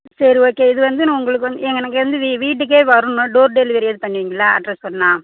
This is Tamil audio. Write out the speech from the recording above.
சரி ஓகே இது வந்து நான் உங்களுக்கு வந்து எனக்கு வந்து வீட் வீட்டுக்கே வரணும் டோர் டெலிவரி எதுவும் பண்ணுவிங்களா அட்ரஸ் சொன்னால்